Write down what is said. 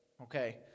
Okay